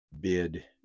bid